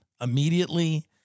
immediately